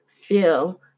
feel